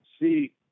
see